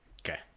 Okay